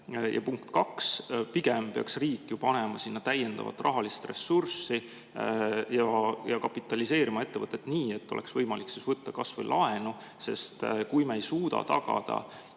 ja punkt kaks, pigem peaks riik panema sinna täiendavat rahalist ressurssi ja kapitaliseerima ettevõtet, nii et oleks võimalik võtta kas või laenu. Kui me ei suuda tagada